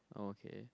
okay